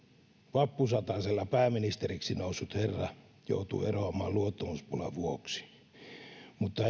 vappusatasella pääministeriksi noussut herra joutui eroamaan luottamuspulan vuoksi mutta